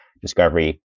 Discovery